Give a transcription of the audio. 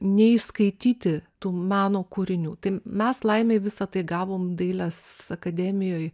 nei skaityti tų meno kūrinių tai mes laimei visa tai gavom dailės akademijoj